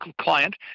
client